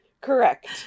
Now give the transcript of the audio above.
Correct